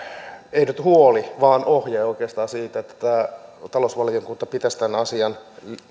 nyt huoli vaan oikeastaan ohje siitä että talousvaliokunta pitäisi tämän asian